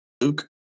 Luke